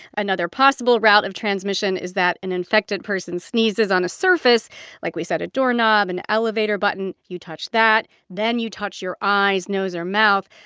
another possible route of transmission is that an infected person sneezes on a surface like we said, a doorknob, an elevator button you touch that, then you touch your eyes, nose or mouth,